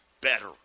better